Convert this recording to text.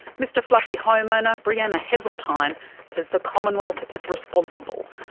mr fluffy homeowner brianna heseltine says the commonwealth is responsible,